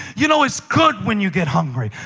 you know, it's good when you get hungry.